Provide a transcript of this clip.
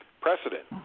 precedent